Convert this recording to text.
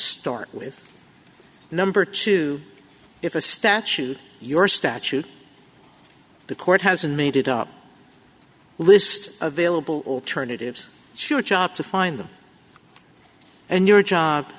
start with number two if a statute your statute the court hasn't made it up list available alternatives it's your job to find them and your job